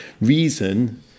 Reason